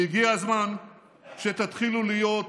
והגיע הזמן שתתחילו להיות,